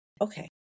okay